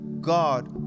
God